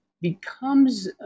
becomes